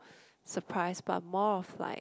surprise but more of like